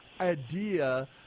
idea